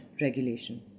Regulation